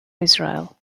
israel